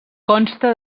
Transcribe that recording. consta